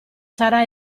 sarà